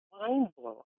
mind-blowing